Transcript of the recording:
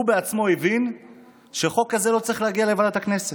הוא בעצמו הבין שחוק כזה לא צריך להגיע לוועדת הכספים.